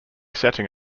setting